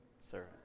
sir